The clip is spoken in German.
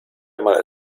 mal